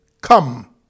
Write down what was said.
Come